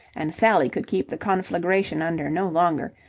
and sally could keep the conflagration under no longer.